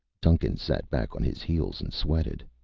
duncan sat back on his heels and sweated.